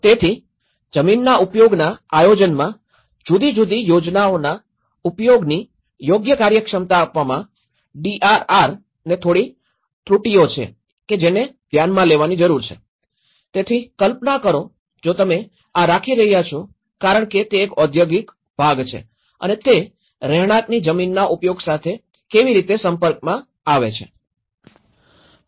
તેથી જમીનના ઉપયોગના આયોજનમાં જુદી જુદી યોજનાના ઉપયોગોની યોગ્ય કાર્યક્ષમતા આપવામાં ડીઆરઆરને થોડી ત્રુટીઓ છે કે જેને ધ્યાનમાં લેવાની જરૂર છે તેથી કલ્પના કરો જો તમે આ રાખી રહ્યા છો કારણ કે તે એક ઔદ્યોગિક ભાગ છે અને તે રહેણાંકની જમીનના ઉપયોગ સાથે કેવી રીતે સંપર્કમાં આવે છે